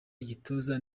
igituza